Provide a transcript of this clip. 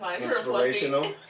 inspirational